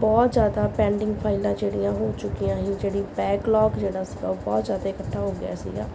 ਬਹੁਤ ਜ਼ਿਆਦਾ ਪੈਂਡਿੰਗ ਫਾਈਲਾਂ ਜਿਹੜੀਆਂ ਹੋ ਚੁੱਕੀਆਂ ਸੀ ਜਿਹੜੀ ਬੈਕ ਲੋਕ ਜਿਹੜਾ ਸੀਗਾ ਉਹ ਬਹੁਤ ਜ਼ਿਆਦਾ ਇਕੱਠਾ ਹੋ ਗਿਆ ਸੀਗਾ